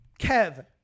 Kev